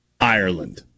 Ireland